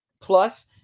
Plus